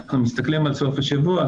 וכשאנחנו מסתכלים על סופי שבוע,